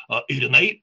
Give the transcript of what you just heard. o ir jinai